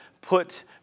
put